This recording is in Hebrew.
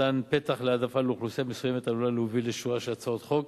מתן פתח להעדפה לאוכלוסייה מסוימת עלול להוביל לשורה של הצעות חוק